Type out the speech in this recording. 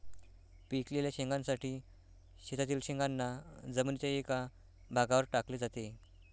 पिकलेल्या शेंगांसाठी शेतातील शेंगांना जमिनीच्या एका भागावर टाकले जाते